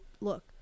look